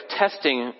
testing